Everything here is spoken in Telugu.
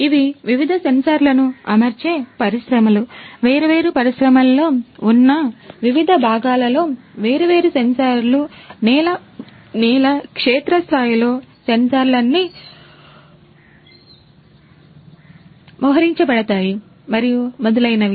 ఇవి వివిధ సెన్సార్లను అమర్చే పరిశ్రమలువేర్వేరు పరిశ్రమలలో ఉన్నవివిధ భాగాలలో వేర్వేరు సెన్సార్లు నేల క్షేత్రస్థాయిలో సెన్సార్లన్నీ మోహరించబడతాయి మరియు మొదలైనవి